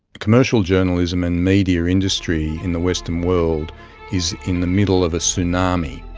commercial journalism and media industry in the western world is in the middle of a tsunami,